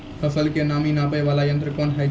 फसल के नमी नापैय वाला यंत्र कोन होय छै